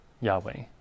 Yahweh